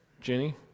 Jenny